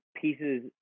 pieces